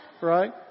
right